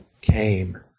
came